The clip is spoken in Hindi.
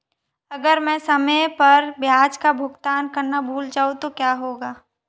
अगर मैं समय पर ब्याज का भुगतान करना भूल जाऊं तो क्या होगा?